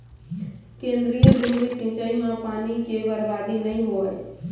केंद्रीय धुरी सिंचई म पानी के बरबादी नइ होवय